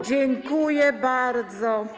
Dziękuję bardzo.